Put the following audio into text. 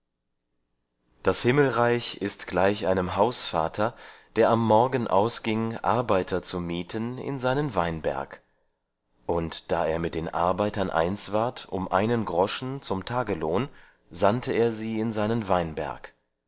das himmelreich ist gleich einem hausvater der am morgen ausging arbeiter zu mieten in seinen weinberg und da er mit den arbeitern eins ward um einen groschen zum tagelohn sandte er sie in seinen weinberg